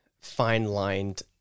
fine-lined